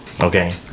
Okay